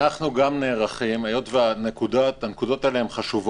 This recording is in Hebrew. אנו גם נערכים היות שהנקודות האלה חשובות,